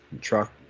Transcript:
truck